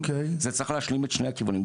זה צריך להשלים את שני הכיוונים,